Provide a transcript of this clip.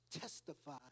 testify